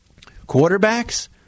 Quarterbacks